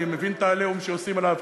אני מבין את ה"עליהום" שעושים עליו,